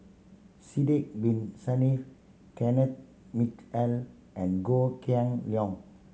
Sidek Bin Saniff Kenneth Mitchell and Goh Kheng Long